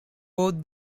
both